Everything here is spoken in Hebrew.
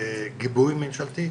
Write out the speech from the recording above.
התוכנית הזאת גיבוי ממשלתי,